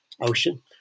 Ocean